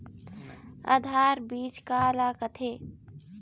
आधार बीज का ला कथें?